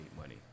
money